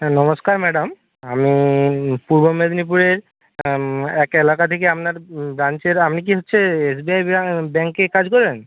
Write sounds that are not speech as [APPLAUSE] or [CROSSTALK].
হ্যাঁ নমস্কার ম্যাডাম আমি পূর্ব মেদিনীপুরের এক এলাকা থেকে আপনার ব্রাঞ্চের আপনি কি হচ্ছে এস বি আই [UNINTELLIGIBLE] ব্যাংকে কাজ করেন